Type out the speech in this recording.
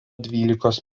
dvylikos